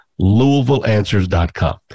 LouisvilleAnswers.com